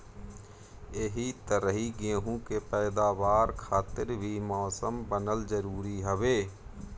एही तरही गेंहू के पैदावार खातिर भी मौसम बनल जरुरी हवे